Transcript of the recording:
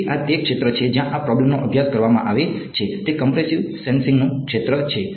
તેથી આ તે ક્ષેત્ર છે જ્યાં આ પ્રોબ્લેમઓનો અભ્યાસ કરવામાં આવે છે તે ક્મ્પ્રેસ્સીવ સેન્સિંગનું ક્ષેત્ર છે